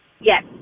Yes